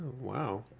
wow